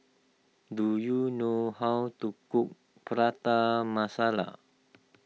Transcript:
do you know how to cook Prata Masala